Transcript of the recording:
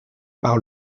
par